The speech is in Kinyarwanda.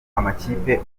amakipe